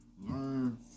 Learn